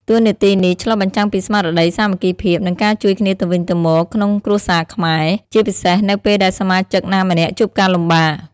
តួនាទីនេះឆ្លុះបញ្ចាំងពីស្មារតី សាមគ្គីភាព និងការជួយគ្នាទៅវិញទៅមកក្នុងគ្រួសារខ្មែរ ជាពិសេសនៅពេលដែលសមាជិកណាម្នាក់ជួបការលំបាក។